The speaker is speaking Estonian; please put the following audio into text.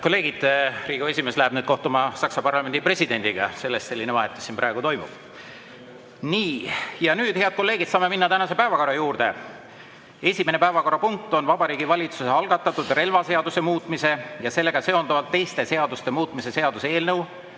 kolleegid! Riigikogu esimees läheb nüüd kohtuma Saksa parlamendi presidendiga, seetõttu selline vahetus siin praegu toimub. Nii. Ja nüüd, head kolleegid, saame minna tänase päevakorra juurde. Esimene päevakorrapunkt on Vabariigi Valitsuse algatatud relvaseaduse muutmise ja sellega seonduvalt teiste seaduste muutmise seaduse eelnõu